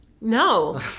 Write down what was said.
no